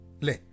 Le